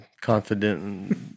Confident